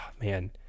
man